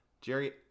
Jerry